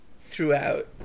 throughout